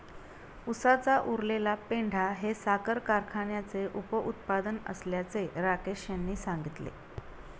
उसाचा उरलेला पेंढा हे साखर कारखान्याचे उपउत्पादन असल्याचे राकेश यांनी सांगितले